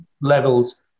levels